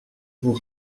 vous